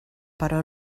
però